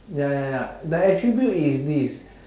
ya ya ya the attribute is this